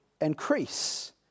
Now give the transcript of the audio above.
increase